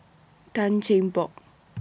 Tan Cheng Bock